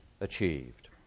achieved